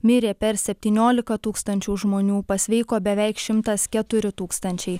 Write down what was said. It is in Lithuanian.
mirė per septyniolika tūkstančių žmonių pasveiko beveik šimtas keturi tūkstančiai